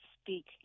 speak